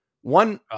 One